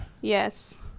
Yes